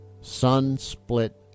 sun-split